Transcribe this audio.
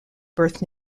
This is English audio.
birth